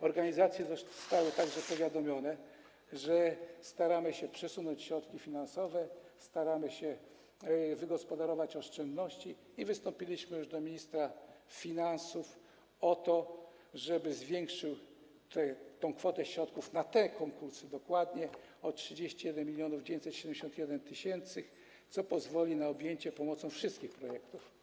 Organizacje zostały powiadomione, że staramy się przesunąć środki finansowe, staramy się wygospodarować oszczędności i wystąpiliśmy już do ministra finansów o to, żeby zwiększył kwotę środków przewidzianą na te konkursy dokładnie o 31 971 tys., co pozwoli na objęcie finansowaniem wszystkich projektów.